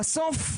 בסוף,